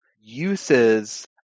uses